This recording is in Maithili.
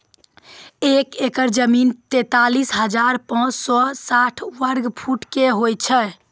एक एकड़ जमीन, तैंतालीस हजार पांच सौ साठ वर्ग फुटो के होय छै